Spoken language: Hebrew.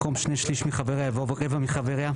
במקום 'שני שליש מחבריה' יבוא 'רבע מחבריה'.